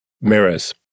mirrors